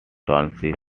township